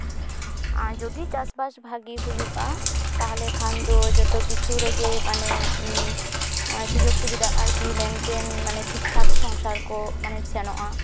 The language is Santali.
ᱟᱨ ᱡᱩᱫᱤ ᱪᱟᱥᱼᱵᱟᱥ ᱵᱷᱟᱜᱮ ᱦᱩᱭᱩᱜᱼᱟ ᱛᱟᱦᱚᱞᱮ ᱠᱷᱟᱱ ᱫᱚ ᱡᱚᱛᱚ ᱠᱤᱪᱷᱩ ᱨᱮᱜᱮ ᱢᱟᱱᱮ ᱥᱩᱡᱳᱜᱽ ᱥᱩᱵᱤᱫᱟ ᱟᱨᱠᱤ ᱢᱮᱱᱴᱮᱱ ᱢᱟᱱᱮ ᱴᱷᱤᱠᱼᱴᱷᱟᱠ ᱥᱚᱝᱥᱟᱨ ᱠᱚ ᱢᱟᱱᱮ ᱥᱮᱱᱚᱜᱼᱟ